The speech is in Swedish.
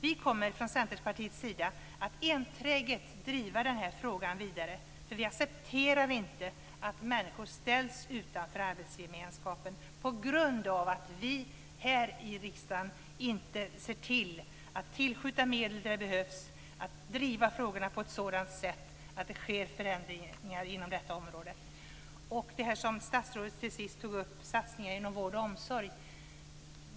Vi kommer från Centerpartiets sida att enträget driva den här frågan vidare. Vi accepterar inte att människor ställs utanför arbetsgemenskapen på grund av att vi här i riksdagen inte ser till att tillskjuta medel där det behövs och att driva frågorna på ett sådant sätt att det sker förändringar inom detta område. Till sist tog statsrådet upp satsningar inom vård och omsorg.